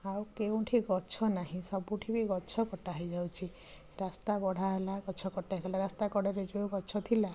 ଆଉ କେଉଁଠି ଗଛ ନାହିଁ ସବୁଠି ବି ଗଛ କଟା ହେଇଯାଉଛି ରାସ୍ତା ବଢ଼ା ହେଲା ଗଛ କଟେଇ ଦେଲେ ରାସ୍ତା କଡ଼ରେ ଯେଉଁ ଗଛ ଥିଲା